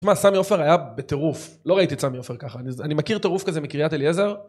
שמע, סמי עופר היה בטירוף, לא ראיתי את סמי עופר ככה. אני מכיר טירוף כזה מקריית אליעזר